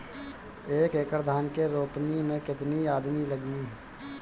एक एकड़ धान के रोपनी मै कितनी आदमी लगीह?